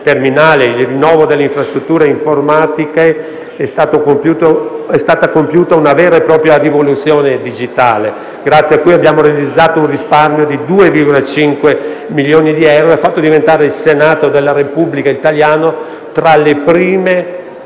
il rinnovo delle infrastrutture informatiche sia stata compiuta una vera e propria rivoluzione digitale, grazie alla quale abbiamo realizzato un risparmio di 2,5 milioni di euro, che ha portato il Senato della Repubblica italiana a diventare